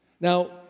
Now